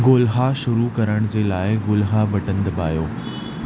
ॻोल्हा शुरु करण जे लाइ ॻोल्हा बटन दॿायो